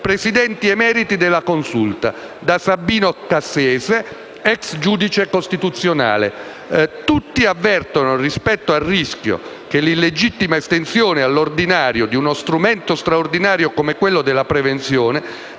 Presidenti emeriti della Consulta, e da Sabino Cassese, ex giudice costituzionale: tutti avvertono rispetto al rischio che l'illegittima estensione all'ordinario di uno strumento straordinario, come quello della prevenzione,